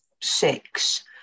six